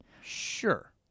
Sure